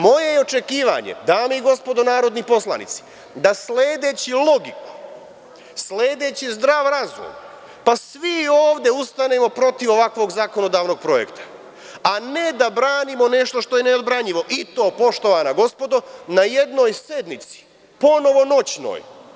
Moje je očekivanje, dame i gospodo narodni poslanici, da sledeći logiku, sledeći zdrav razum, da svi ovde ustanemo protiv ovakvog zakonodavnog projekta, a ne da branimo nešto što je neodbranjivo, i to, poštovana gospodo, na jednoj sednici, ponovo noćnoj.